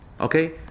okay